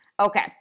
Okay